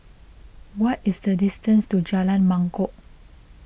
what is the distance to Jalan Mangkok